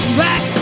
back